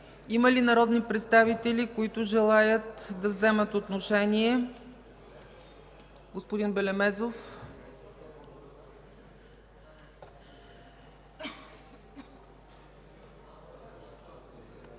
Има ли народни представители, които желаят да вземат отношение? Господин Белемезов.